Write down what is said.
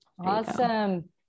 Awesome